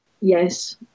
Yes